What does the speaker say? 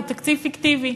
הוא תקציב פיקטיבי.